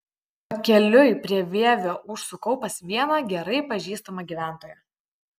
pakeliui prie vievio užsukau pas vieną gerai pažįstamą gyventoją